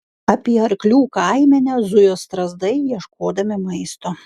apie arklių kaimenę zujo strazdai ieškodami maisto